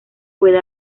puede